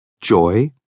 Joy